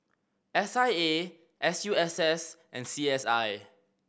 S I A S U S S and C S I